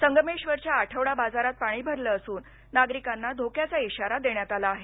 संगमेश्वरच्या आठवडा बाजारात पाणी भरलं असून नागरिकांना धोक्याचा इशारा देण्यात आला आहे